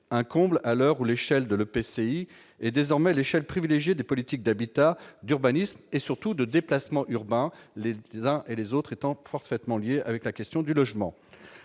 un comble à l'heure où l'échelle de l'EPCI est désormais l'échelle privilégié des politiques d'habitat, d'urbanisme et surtout de déplacements urbains les les uns et les autres étant parfaitement liée avec la question du logement,